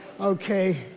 Okay